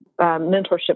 mentorship